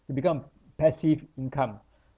it become passive income